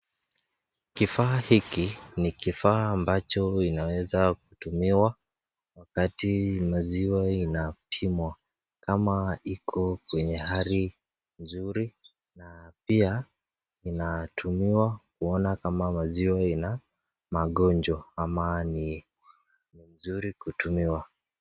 Kifaa hiki ni kifaa ambacho inaweza tumiwa wakati maziwa inapimwa kama iko kwenye hali mzuri na pia inatumiwa kuona kama maziwa ina magonjwa ama ni mzuri kutumiwa.